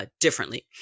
differently